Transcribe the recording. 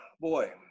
boy